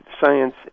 Science